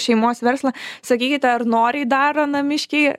šeimos verslą sakykite ar noriai daro namiškiai